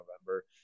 November